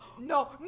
no